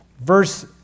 Verse